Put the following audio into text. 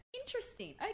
Interesting